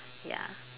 ya